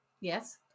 Yes